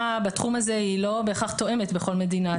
בתחום הזה לא בהכרח תואמת בכל מדינה.